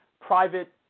private